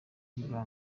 bwa